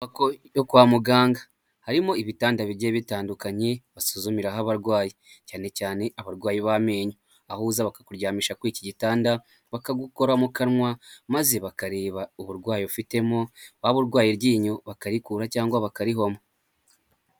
Inyubako yo kwa muganga harimo ibitanda bigiye bitandukanye basuzumiraho abarwayi cyane cyane abarwayi b'amenyo; aho uza bakakuryamisha kuri iki gitanda bakagukora mu kanwa maze bakareba uburwayi ufitemo; waba urwaye iryinyo bakarikura cyangwa bakarihoma.